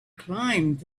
climbed